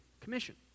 Commission